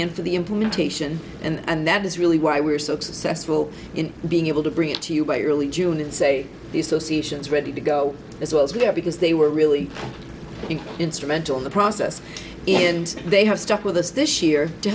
for the implementation and that is really why we're successful in being able to bring it to you by early june and say the associations ready to go as well as we have because they were really instrumental in the process and they have stuck with us this year to